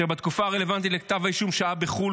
אשר בתקופה הרלוונטית לכתב האישום שהה בחו"ל,